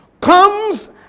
comes